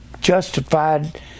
justified